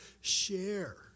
share